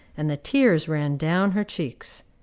and the tears ran down her cheeks.